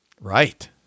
right